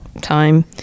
time